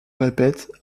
répète